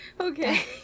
Okay